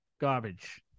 garbage